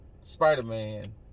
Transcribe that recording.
Spider-Man